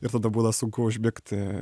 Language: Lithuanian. ir tada būna sunku užmigti